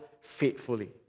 faithfully